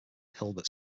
hilbert